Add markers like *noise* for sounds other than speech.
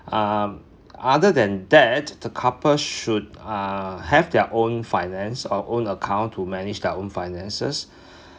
um other than that the couples should uh have their own finance uh own account to manage their own finances *breath*